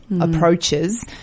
approaches